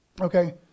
okay